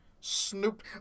Snoop